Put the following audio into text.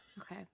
okay